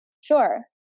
Sure